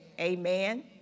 Amen